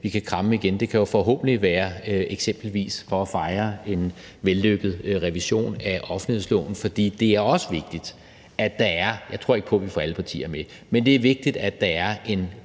vi kan kramme igen, og det kan jo forhåbentlig være for eksempelvis at fejre en vellykket revision af offentlighedsloven. Jeg tror ikke på, at vi får alle partier med, men det er også vigtigt, at der er en